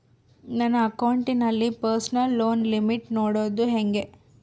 ನನ್ನ ಅಕೌಂಟಿನಲ್ಲಿ personal loan limit ನೋಡದು ಹೆಂಗೆ?